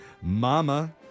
mama